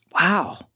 Wow